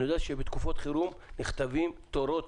אני יודע שבתקופות חירום נכתבות תורות